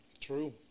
True